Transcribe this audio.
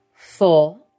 Four